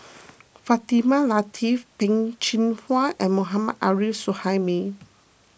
Fatimah Lateef Peh Chin Hua and Mohammad Arif Suhaimi